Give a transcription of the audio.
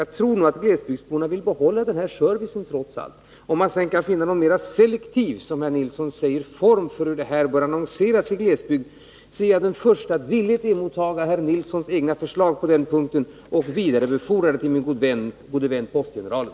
Jag tror nog att glesbygdsborna trots allt vill behålla denna service. Om man kan finna någon mer, som Tore Nilsson säger, selektiv form för hur detta bör annonseras i glesbygd så är jag den förste att villigt emotta herr Nilssons egna förslag på den punkten och vidarebefordra dem till min gode vän postgeneralen.